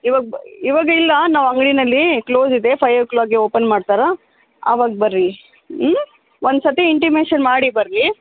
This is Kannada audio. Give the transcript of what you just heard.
ಇವಗ ಇವಾಗ ಇಲ್ಲ ನಾವು ಅಂಗಡಿನಲ್ಲೀ ಕ್ಲೋಸ್ ಇದೆ ಫೈವ್ ಓ ಕ್ಲಾಕಿಗೆ ಓಪನ್ ಮಾಡ್ತಾರೆ ಅವಾಗ ಬರ್ರಿ ಹ್ಞೂ ಒಂದು ಸರತಿ ಇಂಟಿಮೇಶನ್ ಮಾಡಿ ಬರ್ರಿ